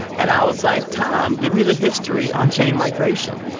and i was like, tom, give me the history on chain migration.